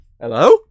hello